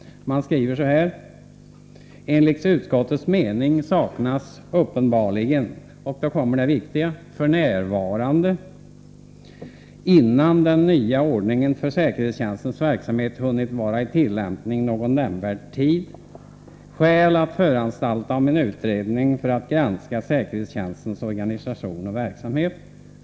Där står följande: ”Enligt utskottets mening saknas uppenbarligen f.n. — innan den nya ordningen för säkerhetstjänstens verksamhet hunnit vara i tillämpning någon nämnvärd tid — skäl att föranstalta om en utredning för att granska säkerhetstjänstens organisation och verksamhet.